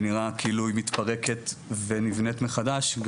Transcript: ונראה כאילו היא מתפרקת ונבנית מחדש.